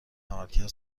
عملکرد